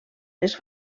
les